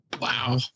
wow